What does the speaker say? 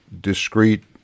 discrete